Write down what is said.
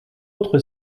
autre